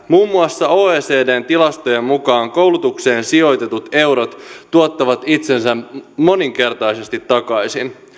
muun muassa oecdn tilastojen mukaan koulutukseen sijoitetut eurot tuottavat itsensä moninkertaisesti takaisin